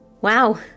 Wow